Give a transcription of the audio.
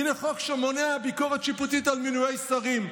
הינה חוק שמונע ביקורת שיפוטית על מינויי שרים,